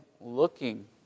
looking